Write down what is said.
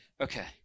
Okay